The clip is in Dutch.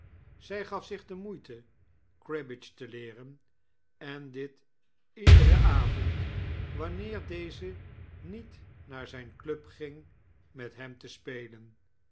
zij gaf zich de moeite cribbage te leeren en dit iederen avond wanneer deze niet naar zijn club ging met hem te spelen